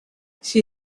she